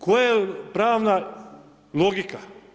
Koja je pravna logika?